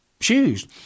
shoes